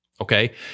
Okay